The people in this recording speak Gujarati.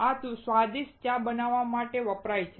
આ સ્વાદિષ્ટ ચા બનાવવા માટે વપરાય છે